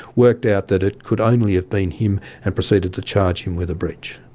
worked out that it could only have been him and proceeded to charge him with a breach.